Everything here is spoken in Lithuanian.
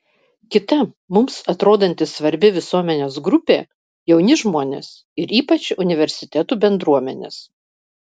kita mums atrodanti svarbi visuomenės grupė jauni žmonės ir ypač universitetų bendruomenės